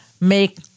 make